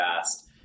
fast